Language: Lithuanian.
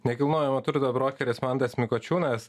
nekilnojamo turto brokeris mantas mikočiūnas